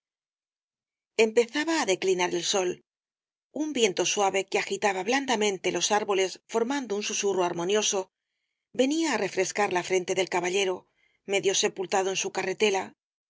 empezaba á declinar el sol un viento suave que agitaba blandamente los árboles formando un susurro armonioso venía á refrescar la frente del caballero medio sepultado en su carretela